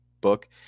book